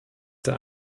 der